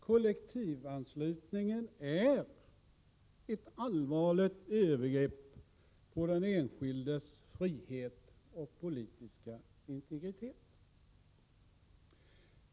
Kollektivanslutningen är ett allvarligt övergrepp på den enskildes frihet och politiska integritet.